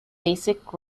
basic